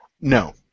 No